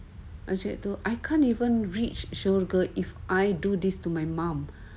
macam tu I can't even reach syurga if I do this to my mum